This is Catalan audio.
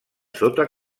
sota